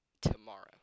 tomorrow